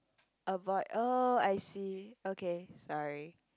avoid oh I see okay sorry